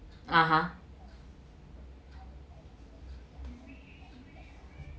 (uh huh)